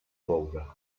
coure